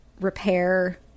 repair